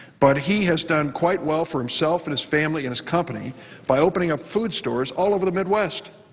but he has done quite well for himself and his family and his company by opening up food stores all over the midwest.